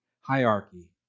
hierarchy